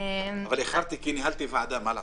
אבל איחרתי כי ניהלתי ועדה, מה לעשות.